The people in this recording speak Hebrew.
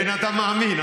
אדם מאמין.